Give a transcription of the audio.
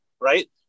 right